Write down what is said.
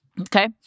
Okay